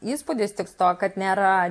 įspūdis tiks to kad nėra